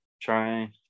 try